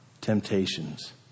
temptations